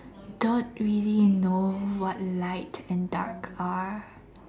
don't really know what light and dark are